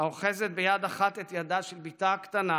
האוחזת ביד אחת את ידה של בתה הקטנה